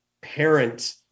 parent